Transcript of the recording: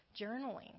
journaling